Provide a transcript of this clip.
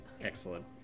Excellent